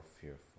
fearful